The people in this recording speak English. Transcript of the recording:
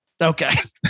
Okay